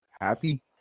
happy